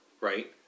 right